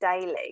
daily